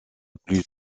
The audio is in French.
plus